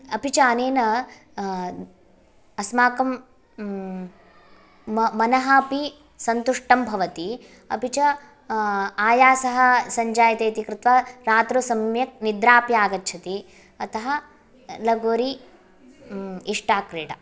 अपि च अनेन अस्माकं मनः अपि सन्तुष्टं भवति अपि च आयासः सञ्जायते इति कृत्वा रात्रौ सम्यक् निद्रा अपि आगच्छति अतः लगोरि इष्टा क्रीडा